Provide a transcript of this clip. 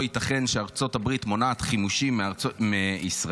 ייתכן שארצות הברית מונעת חימושים מישראל.